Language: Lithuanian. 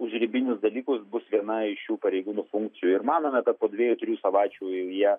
užribinius dalykus bus viena iš šių pareigūnų funkcijų ir manome kad po dviejų trijų savaičių jau jie